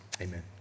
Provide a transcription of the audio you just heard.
Amen